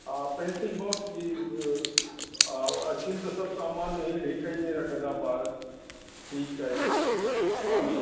हा pencil box बि हा अचनि त सभु सामान हि हिकु ई में रखंदा ॿार ठीकु आहे हां